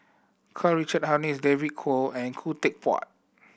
Karl Richard Hanitsch David Kwo and Khoo Teck Puat